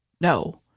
no